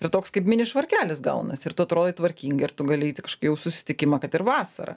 ir toks kaip mini švarkelis gaunasi ir tu atrodai tvarkingai ir tu gali eit į kažkokį jau susitikimą kad ir vasarą